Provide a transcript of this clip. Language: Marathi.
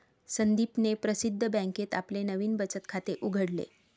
संदीपने प्रसिद्ध बँकेत आपले नवीन बचत खाते उघडले